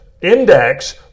index